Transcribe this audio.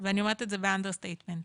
ואני אומרת את זה באנדר סטייטמנט,